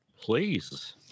Please